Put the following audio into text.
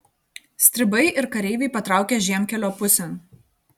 stribai ir kareiviai patraukė žiemkelio pusėn